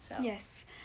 Yes